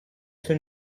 suo